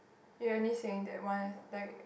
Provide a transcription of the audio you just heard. you only saying that one is like